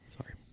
Sorry